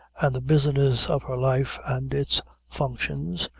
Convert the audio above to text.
and the business of her life, and its functions,